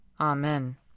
Amen